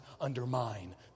undermine